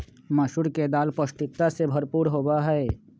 मसूर के दाल पौष्टिकता से भरपूर होबा हई